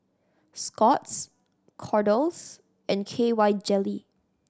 Scott's Kordel's and K Y Jelly